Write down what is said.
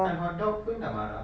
makan hotdog pun dah marah